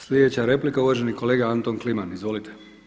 Sljedeća replika uvaženi kolega Anton Kliman, izvolite.